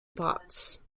parts